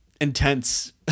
intense